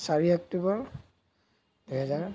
চাৰি অক্টোবৰ দুহেজাৰ